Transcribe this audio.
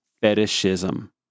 fetishism